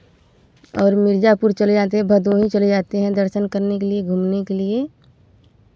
और मिर्ज़ापुर चले जाते हैं भदोही चले जाते हैं दर्शन करने के लिए घूमने के लिए